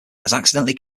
accidentally